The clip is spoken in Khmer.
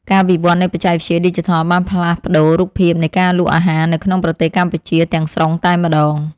ការវិវត្តនៃបច្ចេកវិទ្យាឌីជីថលបានផ្លាស់ប្តូររូបភាពនៃការលក់អាហារនៅក្នុងប្រទេសកម្ពុជាទាំងស្រុងតែម្តង។